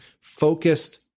focused